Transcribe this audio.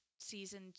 season